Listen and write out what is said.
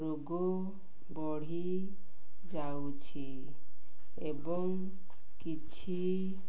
ରୋଗ ବଢ଼ି ଯାଉଛି ଏବଂ କିଛି